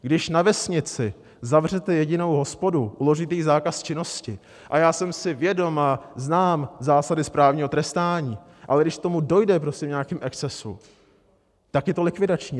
Když na vesnici zavřete jedinou hospodu, uložíte jí zákaz činnosti a já jsem si vědom a znám zásady správního trestání ale když k tomu dojde v nějakém excesu, tak je to likvidační.